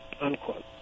unquote